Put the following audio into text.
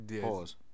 Pause